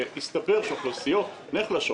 והסתבר שאוכלוסיות מוחלשות